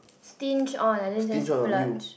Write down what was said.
stinge on I didn't say splurge